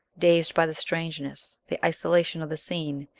dazed by the strangeness, the isolation of the scene,